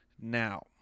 Now